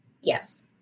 Yes